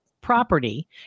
property